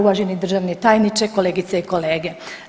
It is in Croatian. Uvaženi državni tajniče, kolegice i kolege.